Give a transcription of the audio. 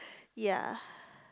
ya